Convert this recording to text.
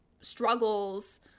struggles